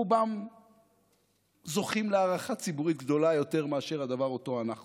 רובם זוכים להערכה ציבורית גדולה יותר מאשר הדבר שאותו אנחנו עושים.